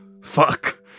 fuck